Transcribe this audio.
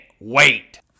wait